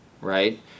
Right